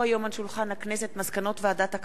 מסקנות ועדת הכלכלה בעקבות דיון מהיר